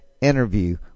interview